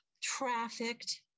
trafficked